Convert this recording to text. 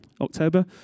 October